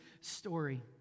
story